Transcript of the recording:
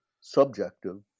subjective